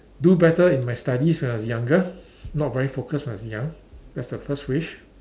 do better in my studies when I was younger not very focused when I was young that's the first wish